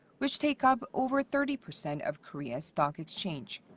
which take up over thirty percent of korea's stock exchange.